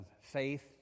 Faith